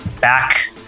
back